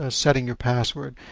ah setting your password,